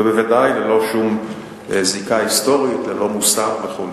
ובוודאי ללא שום זיקה היסטורית, ללא מוסר וכו'.